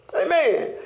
Amen